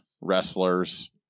wrestlers